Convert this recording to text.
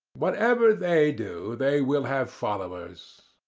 whatever they do, they will have followers.